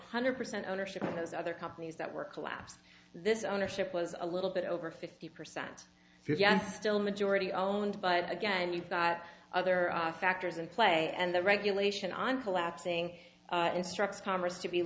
hundred percent ownership of those other companies that were collapsed this ownership was a little bit over fifty percent fifty and still majority owned but again you've got other factors in play and the regulation on collapsing instructs congress to be